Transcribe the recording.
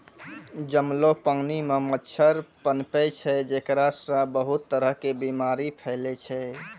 जमलो पानी मॅ मच्छर पनपै छै जेकरा सॅ बहुत तरह के बीमारी फैलै छै